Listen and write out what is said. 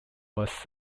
was